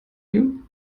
you